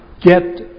get